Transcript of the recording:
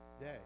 day